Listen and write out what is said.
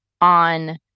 on